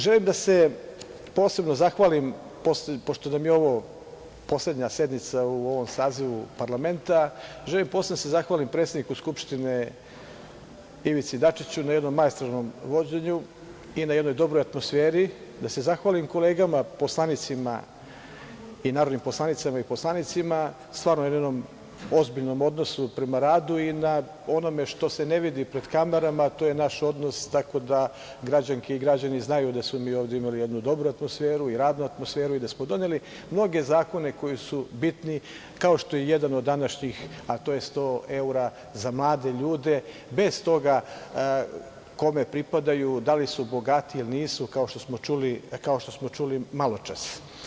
Pošto nam je ovo poslednja sednica u ovom sazivu parlamenta, želim posebno da se zahvalim predsedniku Skupštine Ivici Dačiću na jednom maestralnom vođenju i na jednoj dobroj atmosferi, da se zahvalim kolegama narodnim poslanicama i narodnim poslanicima, na jednom ozbiljnom odnosu prema radu i na onome što se ne vidi pred kamerama, a to je naš odnos, tako da građanke i građani znaju da smo mi ovde imali jednu dobru atmosferu, jednu radnu atmosferu i da smo doneli mnoge zakone koji su bitni, kao što je i jedan od današnjih, a to je 100 evra za mlade ljude, bez toga kome pripadaju, da li su bogati ili nisu, kao što smo čuli maločas.